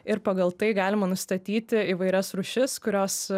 ir pagal tai galima nustatyti įvairias rūšis kurios